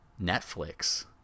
Netflix